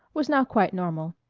was now quite normal.